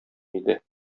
иде